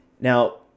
Now